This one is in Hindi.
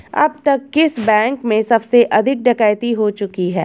अब तक किस बैंक में सबसे अधिक डकैती हो चुकी है?